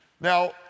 Now